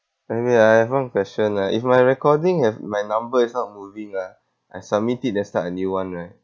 sammy I have one question ah if my recording have my number is not moving ah I submit it then start a new one right